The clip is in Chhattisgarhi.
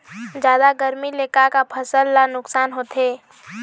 जादा गरमी ले का का फसल ला नुकसान होथे?